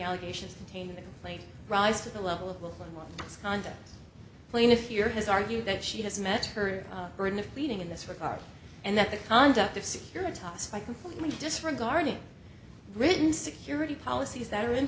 allegations contained in the complaint rise to the level of will conduct plaintiff here has argued that she has met her burden of leading in this regard and that the conduct of securitized by completely disregarding written security policies that are in